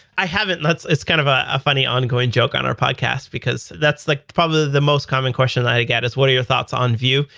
i haven't. it's kind of a funny ongoing joke on our podcast, because that's like probably the most common question that i get, is what are your thoughts on view?